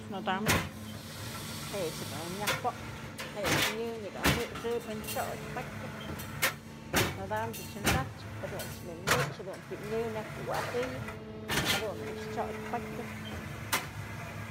Nadamchë je'e ëch dun nyaj pop'pyë jech nyë nyak amëxëyëp we'en chyok pakyë, nadamchë ëch xa'achpyë, jadunt's bi'i mëx jadunt's bi'i nyë myak kuwa'atëyëp jadun dun nëkx chyok pakya.